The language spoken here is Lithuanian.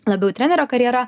labiau trenerio karjera